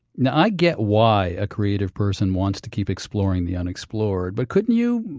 now i get why a creative person wants to keep exploring the unexplored but couldn't you,